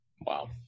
Wow